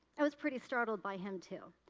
i was pretty startled by him, too.